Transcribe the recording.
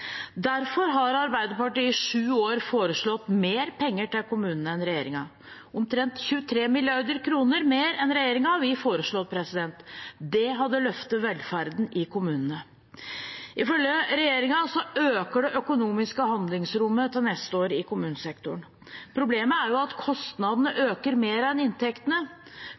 Derfor har Arbeiderpartiet i sju år foreslått mer penger til kommunene enn regjeringen. Omtrent 23 mrd. kr mer enn regjeringen har vi foreslått. Det hadde løftet velferden i kommunene. Ifølge regjeringen øker det økonomiske handlingsrommet i kommunesektoren neste år. Problemet er at kostnadene øker mer enn inntektene.